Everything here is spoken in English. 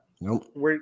Nope